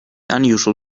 unusual